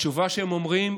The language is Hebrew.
והתשובה שהם אומרים,